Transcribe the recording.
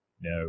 no